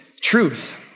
truth